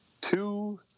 two